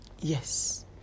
yes